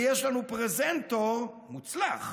ויש לנו פרזנטור מוצלח